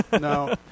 no